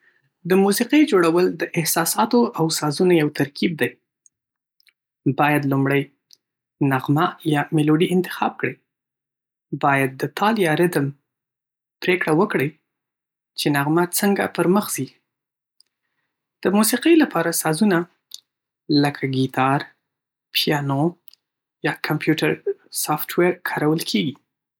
د موسیقۍ جوړول د احساساتو او سازونو یو ترکیب دی. باید لومړی نغمه یا ملودي انتخاب کړئ. بیا د تال یا ریتم پرېکړه وکړئ چې نغمه څرنګه پرمخ ځي. د موسیقۍ لپاره سازونه لکه ګیتار، پیانو یا کمپیوټر سافټویر کارول کېږي.